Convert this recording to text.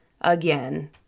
again